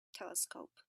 telescope